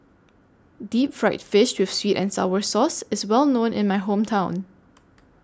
Deep Fried Fish with Sweet and Sour Sauce IS Well known in My Hometown